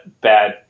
bad